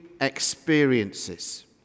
experiences